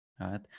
right